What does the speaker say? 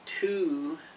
two